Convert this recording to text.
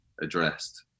addressed